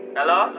Hello